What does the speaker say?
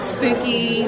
Spooky